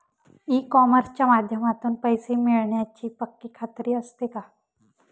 E कॉमर्सच्या माध्यमातून पैसे मिळण्याची पक्की खात्री असते का?